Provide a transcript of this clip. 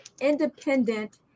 independent